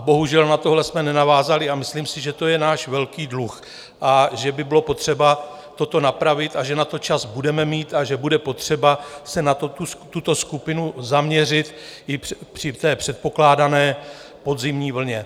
Bohužel, na tohle jsme nenavázali a myslím si, že to je náš velký dluh, že by bylo potřeba toto napravit, že na to čas budeme mít a že bude potřeba se na tuto skupinu zaměřit i při předpokládané podzimní vlně.